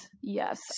yes